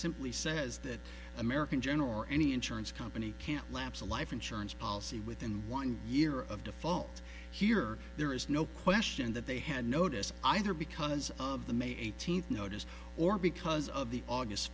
simply says that american general or any insurance company can't lapse a life insurance policy within one year of default here there is no question that they had notice either because of the may eighteenth notice or because of the august